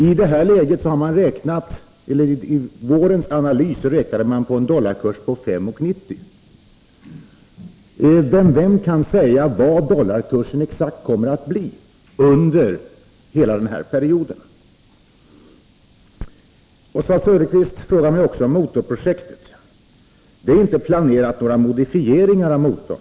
I vårens analys gjorde man beräkningarna efter en dollarkurs på 5:90 kr. Men vem kan säga vad dollarkursen exakt kommer att bli under hela denna period? Oswald Söderqvist frågade mig också om motorprojektet. Det är inte planerat några modifieringar av motorn.